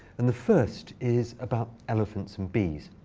and the first is about elephants and bees.